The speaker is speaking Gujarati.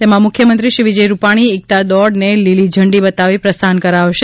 તેમાં મુખ્યમંત્રી શ્રી વિજય રૂપાણી એકતા દોડને લીલી ઝંડી બતાવી પ્રસ્થાન કરાવશે